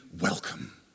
welcome